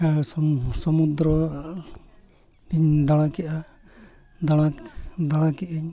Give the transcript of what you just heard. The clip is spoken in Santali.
ᱦᱮᱸ ᱥᱩᱢᱩᱫᱨᱚ ᱤᱧ ᱫᱟᱬᱟ ᱠᱮᱫᱼᱟ ᱫᱟᱬᱟ ᱫᱟᱬᱟ ᱠᱮᱫᱼᱟᱹᱧ